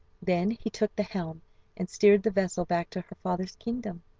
then he took the helm and steered the vessel back to her father's kingdom.